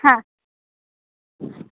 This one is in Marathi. हां